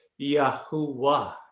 Yahuwah